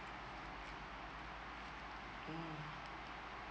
um